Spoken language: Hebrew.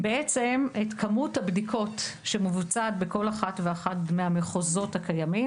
בעצם את כמות הבדיקות שמבוצעת בכל אחד ואחד מהמחוזות הקיימים.